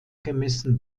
gemessen